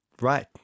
right